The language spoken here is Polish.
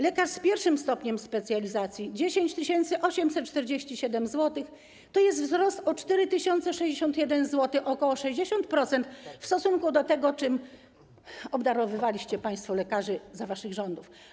Lekarz z I stopniem specjalizacji - 10 847 zł, to jest wzrost o 4061 zł, ok. 60% w stosunku do tego, czym obdarowywaliście państwo lekarzy za waszych rządów.